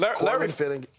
Larry